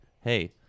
hey